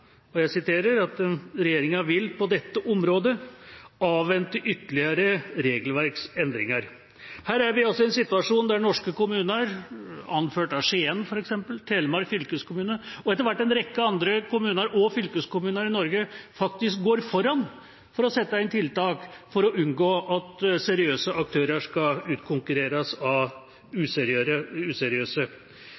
regjeringa: «Regjeringen vil på dette området avvente ytterligere regelverksendringer.» Her er vi altså i en situasjon der norske kommuner, anført av f.eks. Skien, Telemark fylkeskommune og etter hvert en rekke andre kommuner og fylkeskommuner i Norge, faktisk går foran for å sette inn tiltak for å unngå at seriøse aktører skal utkonkurreres av